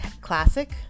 Classic